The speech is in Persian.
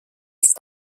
است